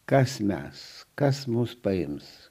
kas mes kas mus paims